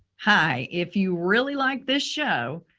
hi. if you really liked this show,